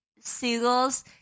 seagulls